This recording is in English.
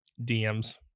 DMs